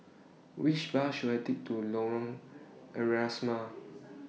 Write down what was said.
Which Bus should I Take to Lorong Asrama